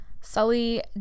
Sully